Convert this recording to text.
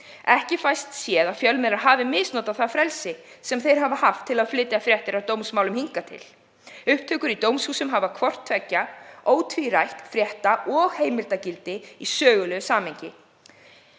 Ekki fæst séð að fjölmiðlar hafi misnotað það frelsi sem þeir hafa haft til að flytja fréttir af dómsmálum hingað til. Upptökur í dómshúsum hafa hvort tveggja ótvírætt frétta- og heimildagildi í sögulegu samhengi.“